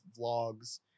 vlogs